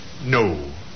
no